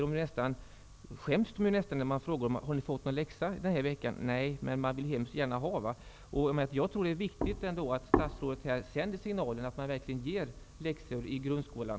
De skäms ju nästan när man frågar dem: Har ni fått någon läxa den har veckan? Nej, svarar de, men de vill hemskt gärna ha en läxa. Det är viktigt att statsrådet sänder en signal så att man verkligen ger läxor i grundskolan.